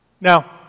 now